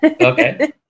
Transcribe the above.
Okay